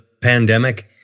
pandemic